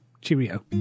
cheerio